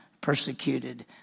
persecuted